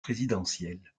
présidentielles